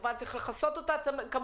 וכמובן צריך לכסות על ההוצאה הזאת וכמובן